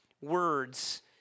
words